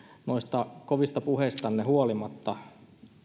noista kovista puheistanne huolimatta